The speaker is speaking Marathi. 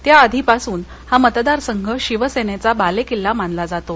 त्याआधीपासून हा मतदारसंघ शिवसेनेचा बालेकिल्ला मानला जातो